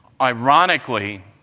Ironically